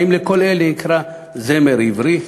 האם לכל אלה נקרא זמר עברי?